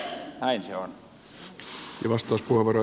arvoisa herra puhemies